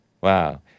Wow